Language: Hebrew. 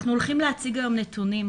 אנחנו הולכים להציג היום נתונים,